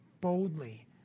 boldly